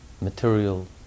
material